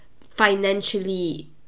financially